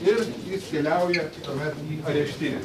ir jis keliauja tuomet į areštinę